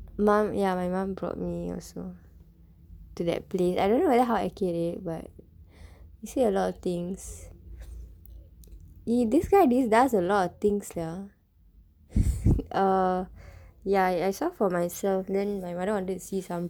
mum ya my mum brought me also to that place I don't know whether how accurate it is like they say a lot of things he this guy does a lot of things ya err ya is for myself then my mother wanted to see some